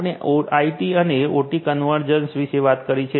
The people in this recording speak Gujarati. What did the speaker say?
આપણે આઇટી અને ઓટી કન્વર્જન્સ વિશે વાત કરી છે